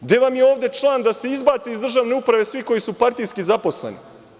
Gde vam je ovde član da se izbace iz državne uprave svi koji su partijski zaposleni?